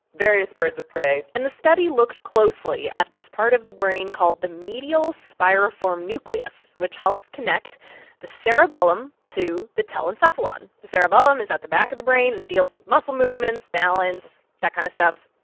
various birds of prey and the study looked closely at this part of the brain called the medial spiriform nucleus, which helps connect the cerebellum to the telencephalon. the cerebellum is at the back of the brain and deals with muscle movements, balance, that kind of stuff.